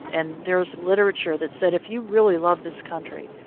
and there was literature that said if you really love this country,